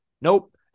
Nope